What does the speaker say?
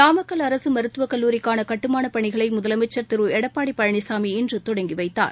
நாமக்கல் அரசு மருத்துவக் கல்லூரிக்கான கட்டுமான பணிகளை முதலமைச்ச் திரு எடப்பாடி பழனிசாமி இன்று தொடங்கி வைத்தார்